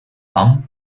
thumb